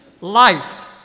life